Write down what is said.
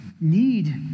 need